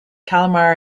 kalmar